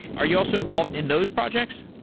are you also involved in those projects?